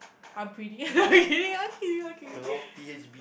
I'm pretty I'm kidding I'm kidding I'm kidding